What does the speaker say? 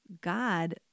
God